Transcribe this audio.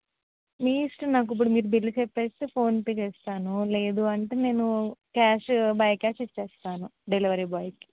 మీ ఇష్టం నాకు ఇప్పుడు మీరు బిల్లు చెప్పేస్తే ఫోన్పే చేస్తాను లేదు అంటే నేను క్యాష్ బై క్యాష్ ఇచ్చేస్తాను డెలివరీ బాయ్ కి